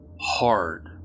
hard